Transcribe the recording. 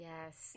Yes